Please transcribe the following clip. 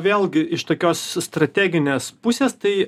vėlgi iš tokios strateginės pusės tai